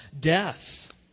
death